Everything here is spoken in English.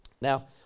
Now